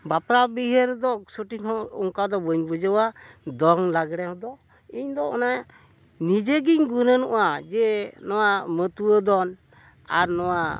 ᱵᱟᱯᱞᱟ ᱵᱤᱦᱟᱹ ᱨᱮᱫᱚ ᱥᱚᱴᱷᱤᱠ ᱦᱚᱸ ᱚᱱᱠᱟ ᱫᱚ ᱵᱟᱹᱧ ᱵᱩᱡᱷᱟᱹᱣᱟ ᱫᱚᱝ ᱞᱟᱜᱽᱲᱮ ᱫᱚ ᱤᱧ ᱫᱚ ᱚᱱᱮ ᱱᱤᱡᱮ ᱜᱤᱧ ᱜᱩᱱᱟᱹᱱᱚᱜᱼᱟ ᱡᱮ ᱱᱚᱣᱟ ᱢᱟᱹᱛᱣᱟᱹ ᱫᱚᱱ ᱟᱨ ᱱᱚᱣᱟ